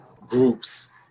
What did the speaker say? groups